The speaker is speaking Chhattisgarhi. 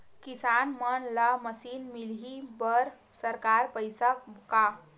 किसान मन ला मशीन मिलही बर सरकार पईसा का?